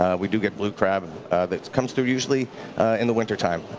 ah we do get blue crab that comes through usually in the wintertime.